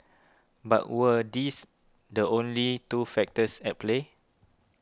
but were these the only two factors at play